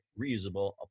reusable